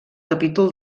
capítol